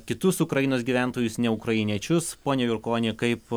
kitus ukrainos gyventojus ne ukrainiečius pone jurkoni kaip